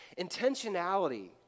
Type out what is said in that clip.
Intentionality